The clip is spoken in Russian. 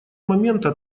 момента